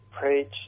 preach